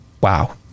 wow